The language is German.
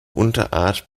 unterart